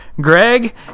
Greg